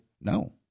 no